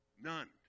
None